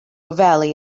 valley